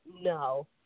no